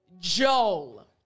Joel